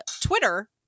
Twitter